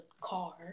car